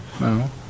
No